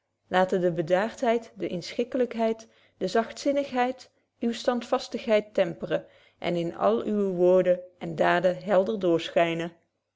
laten de bedaartheid de inschikkelykheid de zachtzinnigheid uwe standvastigheid temperen en in alle uwe woorden en daaden helder